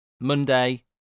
Monday